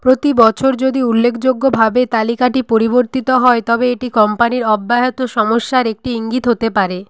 প্রতি বছর যদি উল্লেখযোগ্যভাবে তালিকাটি পরিবর্তিত হয় তবে এটি কোম্পানির অব্যাহত সমস্যার একটি ইঙ্গিত হতে পারে